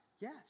Yes